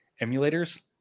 emulators